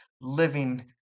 living